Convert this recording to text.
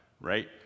right